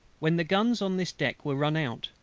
when the guns, on this deck were run out,